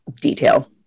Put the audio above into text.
detail